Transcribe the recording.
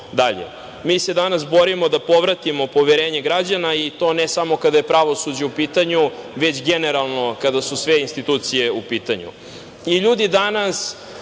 dalje. Mi se danas borimo da povratimo poverenje građana i to ne samo kada je pravosuđe u pitanju, već generalno, kada su sve institucije u pitanju. Ljudi danas